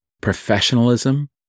professionalism